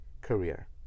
career